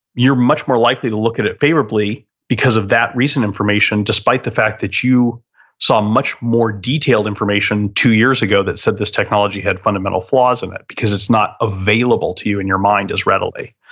you're much more likely to look at it favorably because of that recent information, despite the fact that you saw um much more detailed information two years ago that said this technology had fundamental flaws in it, because it's not available to you in your mind as readily.